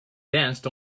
danced